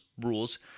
rules